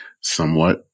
somewhat